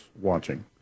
watching